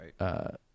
Right